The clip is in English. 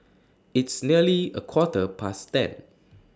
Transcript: its nearly A Quarter Past ten